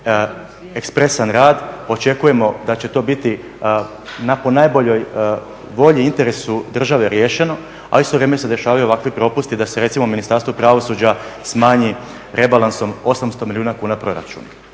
ekspresan rad, očekujemo da će to biti po najboljoj volji i interesu države riješeno, a istovremeno se dešavaju ovakvi propusti da se recimo Ministarstvo pravosuđa smanji rebalansom 800 milijuna kuna proračuna,